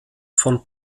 von